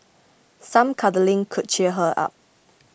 some cuddling could cheer her up